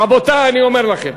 רבותי, אני אומר לכם: